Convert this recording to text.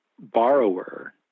Borrower